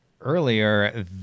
earlier